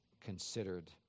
considered